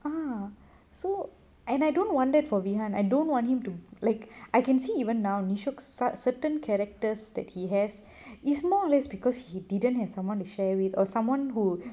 ah so and I don't want that for vehan I don't want him to like I can see even now nishok such certain characters that he has it's more or less because he didn't have someone to share with or someone who